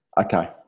Okay